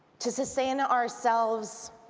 to sustain and ourselves,